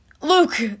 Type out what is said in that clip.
Luke